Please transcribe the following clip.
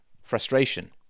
Frustration